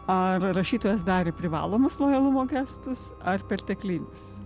ar rašytojas darė privalomus lojalumo gestus ar perteklinius